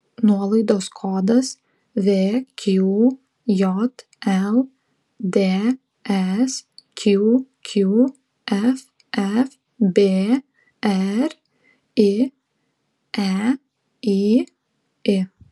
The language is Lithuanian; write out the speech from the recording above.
nuolaidos kodas vqjl dsqq ffbr ieyi